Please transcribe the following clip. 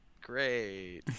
great